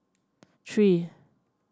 three